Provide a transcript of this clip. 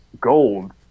gold